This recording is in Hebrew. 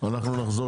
נחזור